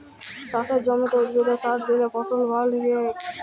চাসের জমিতে উদ্ভিদে সার দিলে ফসল ভাল হ্য়য়ক